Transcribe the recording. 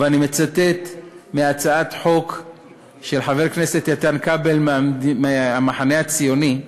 ואני מצטט מהצעת חוק של חבר איתן כבל מהמחנה הציוני,